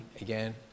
again